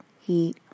heat